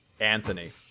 Anthony